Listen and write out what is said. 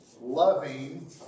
loving